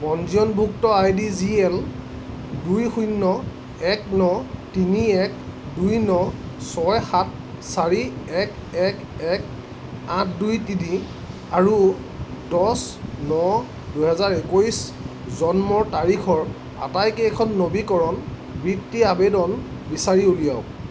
পঞ্জীয়নভুক্ত ID G L দুই শূন্য এক ন তিনি এক দুই ন ছয় সাত চাৰি এক এক এক আঠ দুই তিনি আৰু দহ ন দুহেজাৰ একৈছ জন্মৰ তাৰিখৰ আটাইকেইখন নবীকৰণ বৃত্তি আবেদন বিচাৰি উলিয়াওক